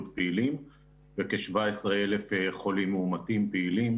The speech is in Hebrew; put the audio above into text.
פעילים וכ-17,000 חולים מאומתים פעילים